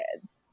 kids